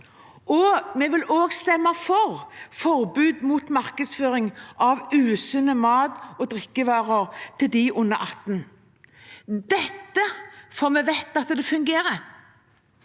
år. Vi vil også stemme for et forbud mot markedsføring av usunne mat- og drikkevarer til dem under 18 år – dette fordi vi vet at det fungerer,